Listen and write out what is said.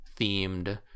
themed